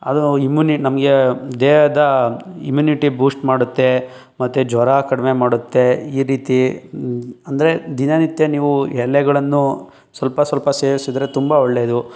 ಅದು ಇಮ್ಮುನಿ ನಮಗೆ ದೇಹದ ಇಮ್ಯುನಿಟಿ ಬೂಶ್ಟ್ ಮಾಡುತ್ತೆ ಮತ್ತು ಜ್ವರ ಕಡಿಮೆ ಮಾಡುತ್ತೆ ಈ ರೀತಿ ಅಂದರೆ ದಿನನಿತ್ಯ ನೀವು ಎಲೆಗಳನ್ನು ಸ್ವಲ್ಪ ಸ್ವಲ್ಪ ಸೇವಿಸಿದರೆ ತುಂಬ ಒಳ್ಳೆಯದು